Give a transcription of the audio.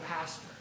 pastor